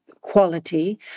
quality